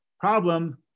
problem